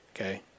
Okay